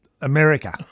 America